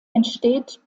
entsteht